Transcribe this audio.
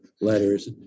letters